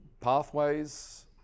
pathways